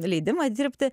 leidimą dirbti